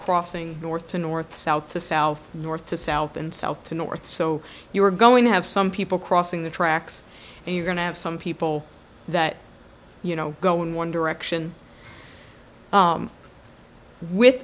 crossing north to north south to south north to south and south to north so you're going to have some people crossing the tracks and you're going to have some people that you know go in one direction with